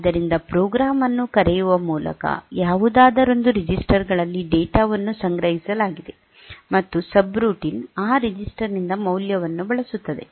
ಆದ್ದರಿಂದ ಪ್ರೋಗ್ರಾಂ ಅನ್ನು ಕರೆಯುವ ಮೂಲಕ ಯಾವುದಾದರೊಂದು ರೆಜಿಸ್ಟರ್ ಗಳಲ್ಲಿ ಡೇಟಾ ವನ್ನು ಸಂಗ್ರಹಿಸಲಾಗಿದೆ ಮತ್ತು ಸಬ್ರೂಟೀನ್ ಆ ರಿಜಿಸ್ಟರ್ ನಿಂದ ಮೌಲ್ಯವನ್ನು ಬಳಸುತ್ತದೆ